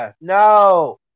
no